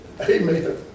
Amen